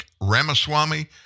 Ramaswamy